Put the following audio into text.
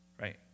Right